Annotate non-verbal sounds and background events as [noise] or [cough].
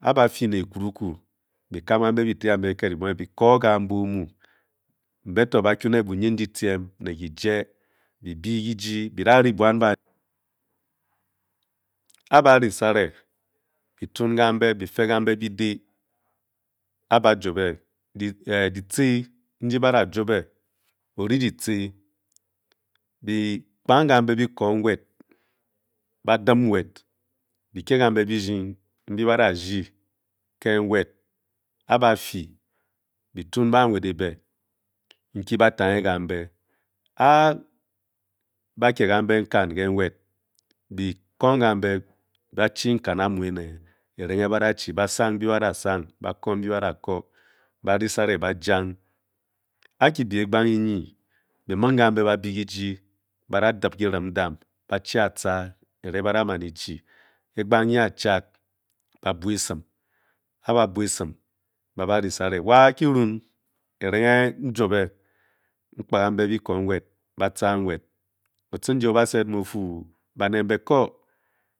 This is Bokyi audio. A-ba fii ne ekuruku be kam kambi bi tye kiked kibonghe be kor-o kambe omu, mbe to ba kwu ne buyindyitiem ne kijie, be bi ki-ji bi da ri buan e-ba risare be tun kambe be fe kamba bide, e-ba juobe, [hesitation] di tce n-di ba da juobe, o-ri di tce be kpang kambe be kor nwed ba dim nwed, be kye kambe birding mbi ba da rdi ke nwed a-ba fii be tun ba nwed e-be nki ba tanghe kambe, a-be kye kambe n-kan ke nwed, be knong kambe ba chi n-kan a-mu ene erenghe ba da chi ba sang mbi ba da sang ba kor mbi ba da kor, ba risare ba jang, e-ki be e-gbang enyi be mung kambe ba be kyiji ba da diep ki-rim n-dam, ba kye a-tca a, erenghe nyi ba da man e-chi, egbang enyiatced ba buaesem, e-ba bua esem ba ba risare, wa ki-ruon erenghe nyi n-joube n-kpa kambe bi kor nwed ba tca nwed ochingi o-ba sed me o-fu baned mbe kor